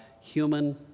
human